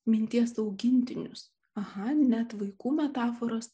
minties augintinius aha net vaikų metaforos